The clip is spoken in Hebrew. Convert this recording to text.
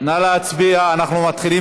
הצעת חוק-יסוד: הממשלה